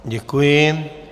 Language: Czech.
Děkuji.